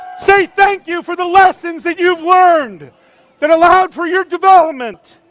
say thank you for the lessons that you've learned that allowed for your development.